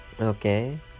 Okay